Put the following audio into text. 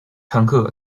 乘客